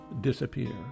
disappear